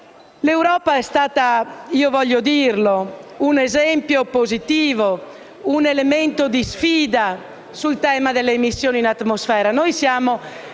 L'Europa è stata - voglio dirlo - un esempio positivo, un elemento di sfida sul tema delle emissioni in atmosfera.